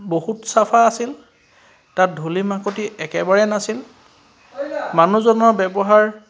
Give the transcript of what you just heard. বহুত চাফা আছিল তাত ধূলি মাকতি একেবাৰেই নাছিল মানুহজনৰ ব্যৱহাৰ